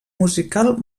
musical